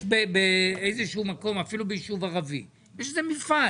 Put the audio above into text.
אם יש בפריפריה או אפילו ביישוב ערבי יש איזה מפעל